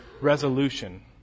resolution